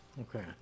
Okay